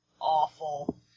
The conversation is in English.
awful